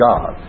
God